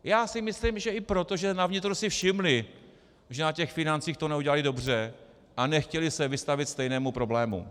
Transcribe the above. Já si myslím, že i proto, že na vnitru si všimli, že na financích to neudělali dobře, a nechtěli se vystavit stejnému problému.